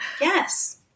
Yes